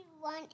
one